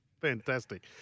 Fantastic